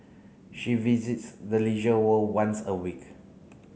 she visits the Leisure World once a week